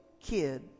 kid